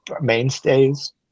mainstays